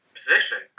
position